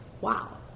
Wow